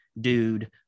dude